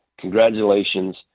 congratulations